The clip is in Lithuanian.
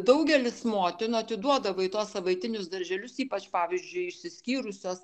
daugelis motinų atiduodavo į tuos savaitinius darželius ypač pavyzdžiui išsiskyrusios